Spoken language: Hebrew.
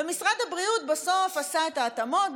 ומשרד הבריאות בסוף עשה את ההתאמות,